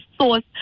source